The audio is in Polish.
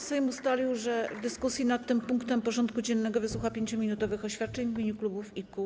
Sejm ustalił, że w dyskusji nad tym punktem porządku dziennego wysłucha 5-minutowych oświadczeń w imieniu klubów i kół.